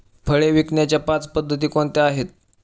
फळे विकण्याच्या पाच पद्धती कोणत्या आहेत?